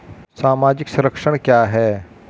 सामाजिक संरक्षण क्या है?